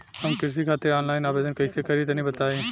हम कृषि खातिर आनलाइन आवेदन कइसे करि तनि बताई?